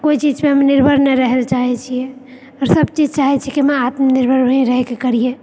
कोइ चीज पे हम निर्भर नहि रहै लऽ चाहै छियै आओर सबचीज चाहै छियै कि हम आत्मनिर्भर ही रहि के करियै